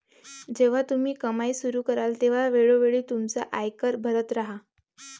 जेव्हा तुम्ही कमाई सुरू कराल तेव्हा वेळोवेळी तुमचा आयकर भरत राहा